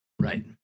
Right